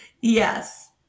Yes